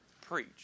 preach